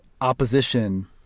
opposition